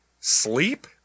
sleep